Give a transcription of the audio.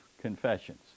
confessions